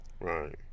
Right